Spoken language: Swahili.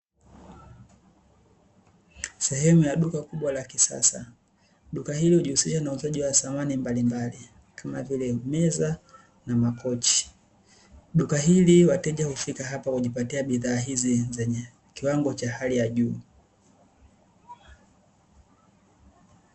Sehemu ya duka kubwa la kisasa, duka hili hujihusisha na uuzaji wa samani mbalimbali kama vile meza na makochi, duka hili wateja hufika hapa kujipatia bidhaa hizi zenye kiwango cha hali ya juu